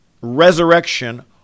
Resurrection